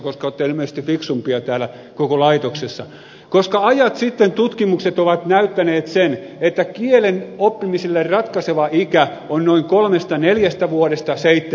koska olette ilmeisesti fiksuimpia täällä koko laitoksessa ajat sitten tutkimukset ovat näyttäneet sen että kielen oppimiselle ratkaiseva ikä on noin kolmesta neljästä vuodesta seitsemään vuoteen